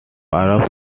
married